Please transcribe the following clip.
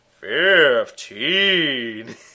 Fifteen